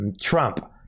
Trump